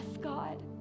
God